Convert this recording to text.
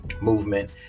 movement